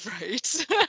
right